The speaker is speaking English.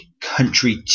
country